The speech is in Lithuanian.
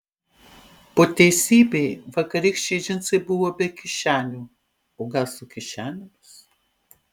po teisybei vakarykščiai džinsai buvo be kišenių o gal su kišenėmis